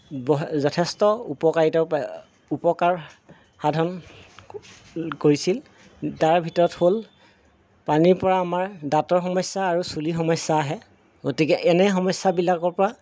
বহ যথেষ্ট উপকাৰিতাও উপকাৰ সাধন কৰিছিল তাৰ ভিতৰত হ'ল পানীৰ পৰা আমাৰ দাঁতৰ সমস্যা আৰু চুলিৰ সমস্যা আহে গতিকে এনে সমস্যাবিলাকৰ পৰা